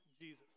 Jesus